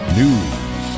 news